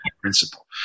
principle